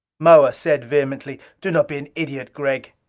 moa said vehemently, do not be an idiot, gregg!